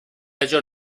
ellos